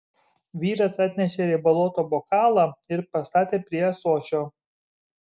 vyras atnešė riebaluotą bokalą ir pastatė prie ąsočio